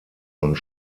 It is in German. und